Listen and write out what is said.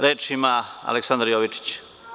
Reč ima Aleksandar Jovičić.